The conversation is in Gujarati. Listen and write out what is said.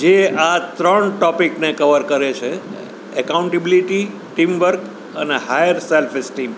જે આ ત્રણ ટૉપિકને કવર કરે છે એકાઉન્ટબિલિટી ટીમ વર્ક અને હાયર સેલ્ફ એસ્ટીમ